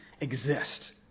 Exist